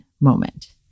moment